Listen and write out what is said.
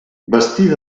vestir